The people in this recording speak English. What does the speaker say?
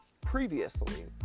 previously